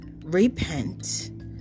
repent